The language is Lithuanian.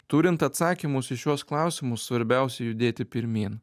turint atsakymus į šiuos klausimus svarbiausia judėti pirmyn